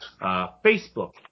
Facebook